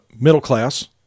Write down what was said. middle-class